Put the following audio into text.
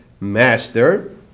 master